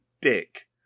dick